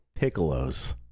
Piccolos